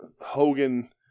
Hogan